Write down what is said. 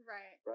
Right